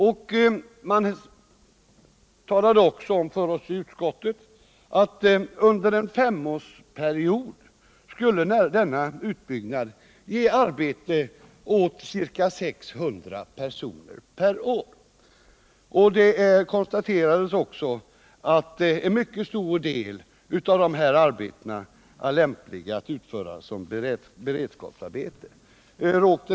Man talade också om för oss i utskottet att under en femårsperiod skulle en sådan utbyggnad ge arbete åt ca 600 personer per år. Det konstaterades också att en mycket stor del av de arbetena är lämpliga att utföras som beredskapsarbete.